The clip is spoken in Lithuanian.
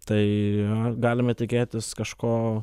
tai galime tikėtis kažko